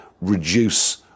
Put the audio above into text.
reduce